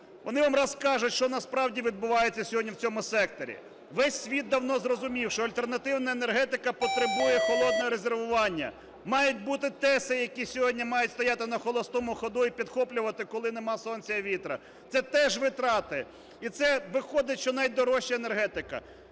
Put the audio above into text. Вони вам розкажуть, що насправді відбувається сьогодні в цьому секторі. Весь світ давно зрозумів, що альтернативна енергетика потребує холодного резервування, мають бути ТЕСи, які сьогодні мають стояти на холостому ходу і підхоплювати, коли нема сонця і вітру. Це теж витрати, і це виходить, що найдорожча енергетика.